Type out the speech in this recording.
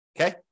Okay